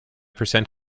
percent